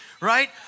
right